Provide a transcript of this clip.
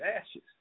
ashes